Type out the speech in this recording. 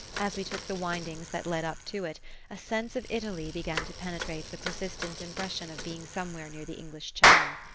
as we took the windings that led up to it a sense of italy began to penetrate the persistent impression of being somewhere near the english channel.